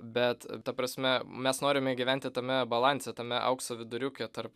bet ta prasme mes norime gyventi tame balanse tame aukso viduriuke tarp